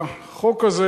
החוק הזה